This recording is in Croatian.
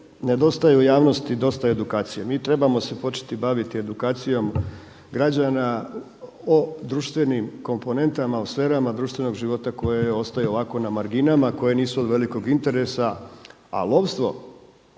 nedostaje u javnosti dosta edukacije. Mi se trebamo početi baviti edukacijom građana o društvenim komponentama o sferama društvenog života koje ostaje ovako na marginama koje nisu od velikog interesa. A lovstvo,